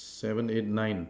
seven eight nine